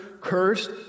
Cursed